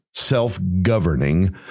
self-governing